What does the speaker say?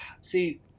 See